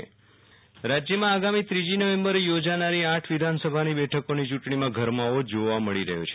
વિરલ રાણા પેટા ચું ટણી રાજ્યમાં આગામી ત્રીજી નવેમ્બરે યોજાનારી આઠ વિધાનસભાની બેઠકોની યું ટણી ગરમાવો જોવા મળી રહ્યો છે